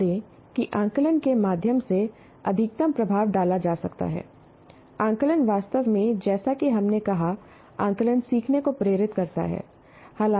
ध्यान दें कि आकलन के माध्यम से अधिकतम प्रभाव डाला जा सकता है आकलन वास्तव में जैसा कि हमने कहा आकलन सीखने को प्रेरित करता है